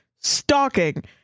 stalking